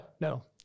no